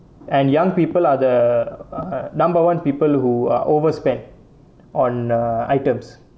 and young people are the number one people who ah overspend on uh items